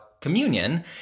communion